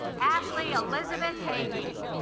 ashleyelizabeth hagee